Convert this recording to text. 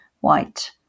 white